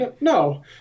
no